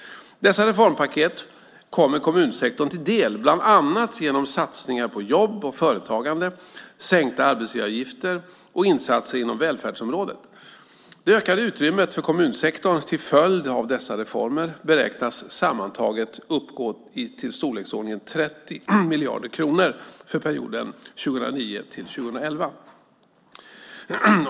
Dessa reformpaket kommer kommunsektorn till del bland annat genom satsningar på jobb och företagande, sänkta arbetsgivaravgifter och insatser inom välfärdsområdet. Det ökade utrymmet för kommunsektorn till följd av dessa reformer beräknas sammantaget uppgå till storleksordningen 30 miljarder kronor för perioden 2009-2011.